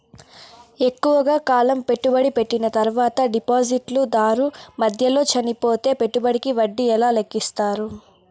ఎక్కువగా కాలం పెట్టుబడి పెట్టిన తర్వాత డిపాజిట్లు దారు మధ్యలో చనిపోతే పెట్టుబడికి వడ్డీ ఎలా లెక్కిస్తారు?